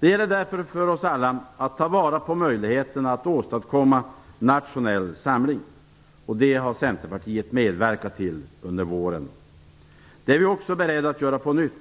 Det gäller därför för oss alla att ta vara på möjligheterna att åstadkomma nationell samling. Det har Centerpartiet medverkat till under våren. Det är vi också beredda att göra på nytt.